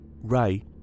Ray